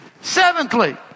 Seventhly